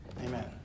Amen